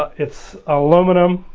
it's aluminium,